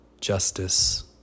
justice